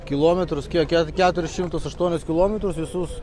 kilometrus kiek ket keturis šimtus aštuonis kilometrus visus